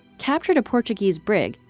captured a portuguese brig,